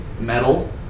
metal